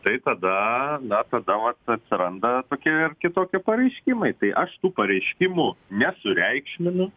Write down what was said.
tai tada na tada vat atsiranda tokie ir kitokie pareiškimai tai aš tų pareiškimų nesureikšminu